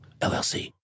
LLC